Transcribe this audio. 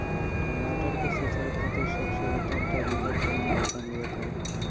टमाटर के सिंचाई खातिर सबसे उत्तम तरीका कौंन बा तनि बताई?